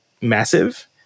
massive